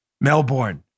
Melbourne